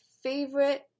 favorite